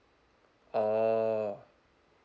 oh